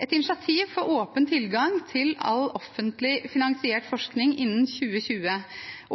et initiativ for åpen tilgang til all offentlig finansiert forskning innen 2020,